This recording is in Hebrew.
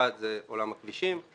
אחד, זה עולם הכבישים.